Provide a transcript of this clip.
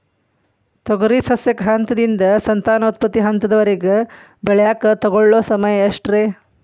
ತೊಗರಿ ಸಸ್ಯಕ ಹಂತದಿಂದ, ಸಂತಾನೋತ್ಪತ್ತಿ ಹಂತದವರೆಗ ಬೆಳೆಯಾಕ ತಗೊಳ್ಳೋ ಸಮಯ ಎಷ್ಟರೇ?